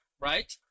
right